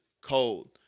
cold